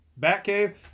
Batcave